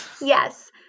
Yes